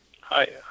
Hi